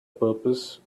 purpose